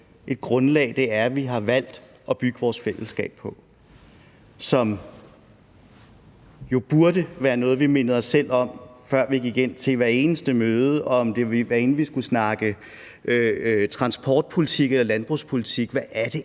et grundlag det er, vi har valgt at bygge vores fællesskab på, hvilket jo burde være noget, vi mindede os selv om, før vi gik ind til hvert eneste møde, hvad enten vi skulle snakke transportpolitik eller landbrugspolitik, altså hvad